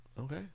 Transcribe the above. Okay